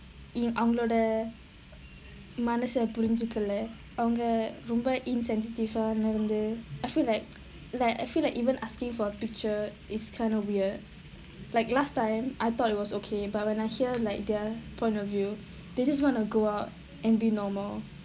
அவங்களோட மனச புரிஞ்சிக்கில அவங்க ரொம்ப:avangaloda manasa purinjikila avanga romba insensitive வந்து:vanthu I feel like I feel like even asking for a picture is kind of weird like last time I thought it was okay but when I hear their point of view they just wanna go out and be normal